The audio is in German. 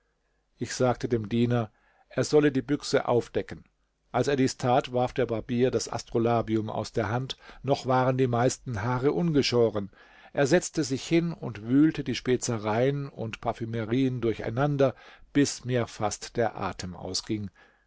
ich sagte dem diener er solle die büchse aufdecken als er dies tat warf der barbier das astrolabium aus der hand noch waren die meisten haare ungeschoren er setzte sich hin und wühlte die spezereien und parfümerien durcheinander bis mir fast der atem ausging